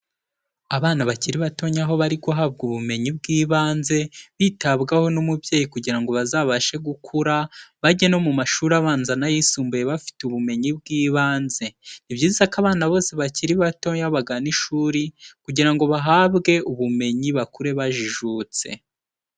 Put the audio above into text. Abana bakiri batonya aho bari guhabwa ubumenyi bw'ibanze, bitabwaho n'umubyeyi kugira ngo bazabashe gukura, bajye no mu mashuri abanza n'ayisumbuye bafite ubumenyi bw'ibanze. Ni byiza ko abana bose bakiri batoya bagana ishuri, kugira ngo bahabwe ubumenyi bakure bajijutse.